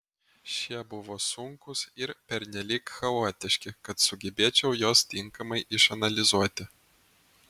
šie buvo sunkūs ir pernelyg chaotiški kad sugebėčiau juos tinkamai išanalizuoti